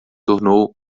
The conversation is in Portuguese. tornou